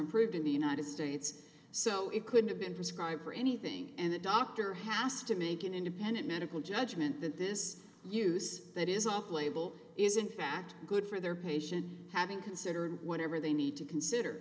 approved in the united states so it couldn't have been prescribe or anything and the doctor has to make an independent medical judgment that this use that is off label is in fact good for their patient having considered whatever they need to consider